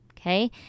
Okay